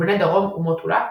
בני דרום ומוטולה,